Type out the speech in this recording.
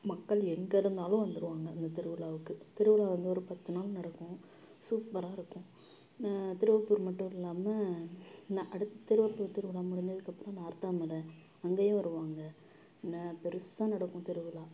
மக்கள் எங்கே இருந்தாலும் வந்துடுவாங்க அந்த திருவிழாவுக்கு திருவிழா வந்து ஒரு பத்து நாள் நடக்கும் சூப்பராக இருக்கும் திருவெப்பூர் மட்டும் இல்லாமல் ந அடுத் திருவெப்பூர் திருவிழா முடிஞ்சதுக்கப்புறம் நார்த்தாமலை அங்கேயும் வருவாங்க ந பெருசாக நடக்கும் திருவிழா